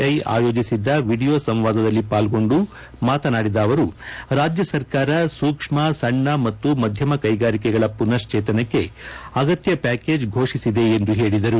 I ಆಯೋಜಿಸಿದ್ದ video ಸಂವಾದದಲ್ಲಿ ಪಾಲ್ಗೊಂಡು ಮಾತನಾಡಿದ ಅವರು ರಾಜ್ಯ ಸರ್ಕಾರ ಸೂಕ್ಷ್ನ ಸಣ್ಣ ಮತ್ತು ಮಧ್ಯಮ ಕೈಗಾರಿಕೆಗಳ ಮನಶ್ಲೇತನಕ್ಕೆ ಅಗತ್ಯ ಪ್ಯಾಕೇಜ್ ಘೋಷಿಸಿದೆ ಎಂದು ಹೇಳಿದರು